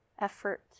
effort